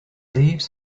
leaves